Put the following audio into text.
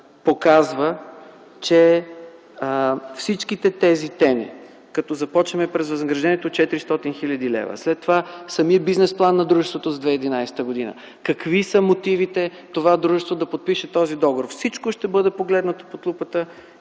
показва, че всичките тези теми, като започнем през възнаграждението от 400 хил. лв., след това самият бизнесплан на дружеството за 2011 г., какви са мотивите това дружество да подпише този договор? Всичко ще бъде погледнато под лупа